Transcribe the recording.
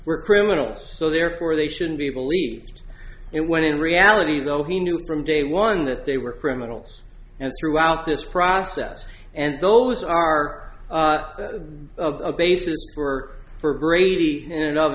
were criminals so therefore they shouldn't be believed it when in reality though he knew from day one that they were criminals and throughout this process and those are the basis for for brady in and of